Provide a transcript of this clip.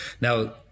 Now